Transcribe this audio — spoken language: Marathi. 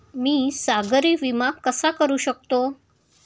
मी सागरी विमा कसा करू शकतो?